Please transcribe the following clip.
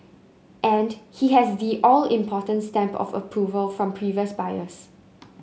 and he has the all important stamp of approval from previous buyers